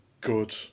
good